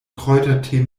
kräutertee